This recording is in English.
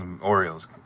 Orioles